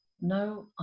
No